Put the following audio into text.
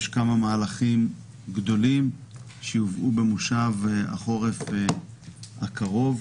יש כמה מהלכים גדולים שיובאו במושב החורף הקרוב.